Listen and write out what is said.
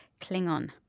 Klingon